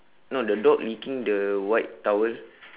no the dog licking the white towel